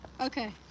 Okay